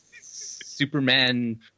Superman